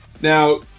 Now